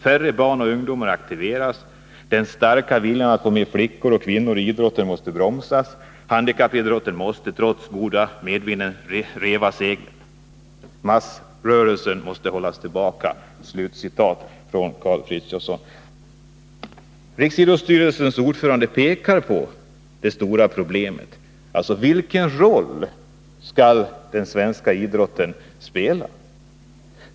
Färre barn och ungdomar aktiveras, den starka viljan att få med fler flickor och kvinnor i idrotten måste bromsas, handikappidrotten måste — trots den goda medvinden — reva seglen, massrörelsen måste hållas tillbaka ——=-.” Riksidrottsstyrelsens ordförande pekar på det stora problemet: Vilken roll skall den svenska idrotten i bred mening spela i samhället?